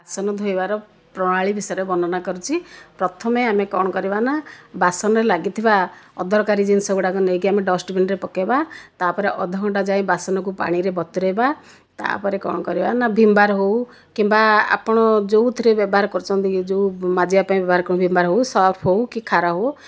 ବାସନ ଧୋଇବାର ପ୍ରଣାଳୀ ବିଷୟରେ ବର୍ଣ୍ଣନା କରୁଛି ପ୍ରଥମେ ଆମେ କ'ଣ କରିବା ନା ବାସନରେ ଲାଗିଥିବା ଅଦରକାରୀ ଜିନିଷ ଗୁଡ଼ାକ ନେଇକି ଆମେ ଡଷ୍ଟବିନରେ ପକାଇବା ତା'ପରେ ଅଧ ଘଣ୍ଟା ଯାଏ ବାସନକୁ ପାଣିରେ ବତୁରାଇବା ତା'ପରେ କ'ଣ କରିବା ନା ଭୀମ୍ ବାର୍ ହେଉ କିମ୍ବା ଆପଣ ଯେଉଁଥିରେ ବ୍ୟବହାର କରୁଛନ୍ତି ଯେଉଁ ମାଜିବା ପାଇଁ ବ୍ୟବହାର କରୁଛନ୍ତି ଭୀମ୍ ବାର୍ ହେଉ ସର୍ଫ ହେଉ କି ଖାର ହେଉ